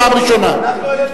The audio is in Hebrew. לסדר.